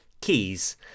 keys